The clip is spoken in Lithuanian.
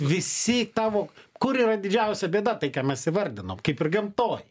visi tavo kur yra didžiausia bėda tai ką mes įvardinom kaip ir gamtoj